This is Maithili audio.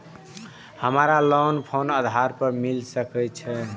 हमरा लोन कोन आधार पर मिल सके छे?